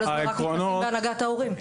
כל הזמן רק נכנסים בהנהגת ההורים.